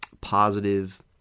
positive